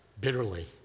bitterly